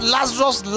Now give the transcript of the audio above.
Lazarus